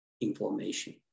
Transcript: information